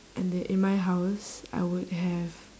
and then in my house I would have